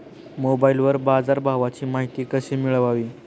मोबाइलवर बाजारभावाची माहिती कशी मिळवावी?